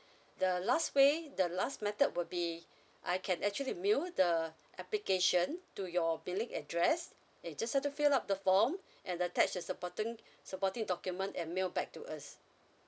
the last way the last method would be I can actually mail the application to your billing address and you just have to fill up the form and attach the supporting supporting document and mail back to us